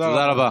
תודה רבה.